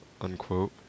unquote